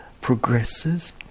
progresses